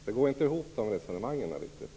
De här resonemangen går inte riktigt ihop.